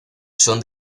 son